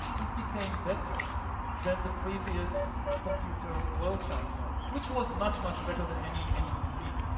it became better than the previous computer world champion which was much, much better than any and human being.